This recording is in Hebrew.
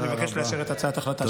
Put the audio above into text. אני מבקש לאשר את הצעת ההחלטה של הוועדה.